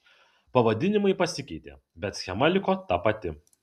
pavadinimai pasikeitė bet schema liko ta pati